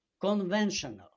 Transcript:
conventional